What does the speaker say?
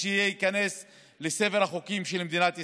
שתיכנס לספר החוקים של מדינת ישראל.